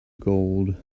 gold